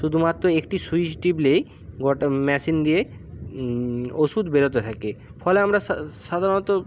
শুধুমাত্র একটি স্যুইচ টিপলেই গোটা মেশিন দিয়ে ওষুধ বেরোতে থাকে ফলে আমরা সাধারণত